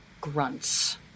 grunts